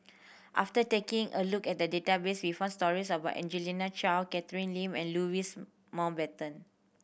after taking a look at the database we found stories about Angelina Choy Catherine Lim and Louis Mountbatten